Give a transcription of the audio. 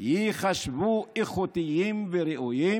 ייחשבו איכותיים וראויים?